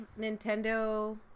Nintendo